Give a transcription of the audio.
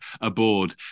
aboard